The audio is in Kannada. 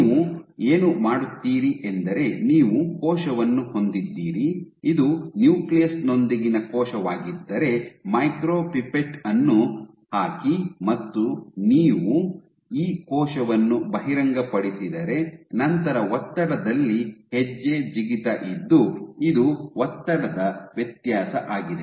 ನೀವು ಏನು ಮಾಡುತ್ತೀರಿ ಎಂದರೆ ನೀವು ಕೋಶವನ್ನು ಹೊಂದಿದ್ದೀರಿ ಇದು ನ್ಯೂಕ್ಲಿಯಸ್ನೊಂದಿಗಿನ ಕೋಶವಾಗಿದ್ದರೆ ಮೈಕ್ರೊಪಿಪೆಟ್ ಅನ್ನು ಹಾಕಿ ಮತ್ತು ನೀವು ಈ ಕೋಶವನ್ನು ಬಹಿರಂಗಪಡಿಸಿದರೆ ನಂತರ ಒತ್ತಡದಲ್ಲಿ ಹೆಜ್ಜೆ ಜಿಗಿತ ಇದ್ದು ಇದು ಒತ್ತಡದ ವ್ಯತ್ಯಾಸ ಆಗಿದೆ